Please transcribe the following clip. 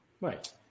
Right